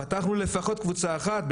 פתחנו לפחות קבוצה אחת,